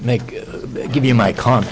make give you my car